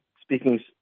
speaking